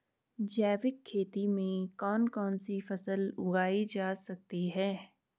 जैविक खेती में कौन कौन सी फसल उगाई जा सकती है?